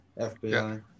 FBI